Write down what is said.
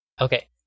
Okay